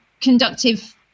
conductive